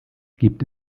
gibt